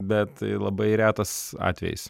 bet labai retas atvejis